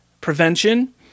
prevention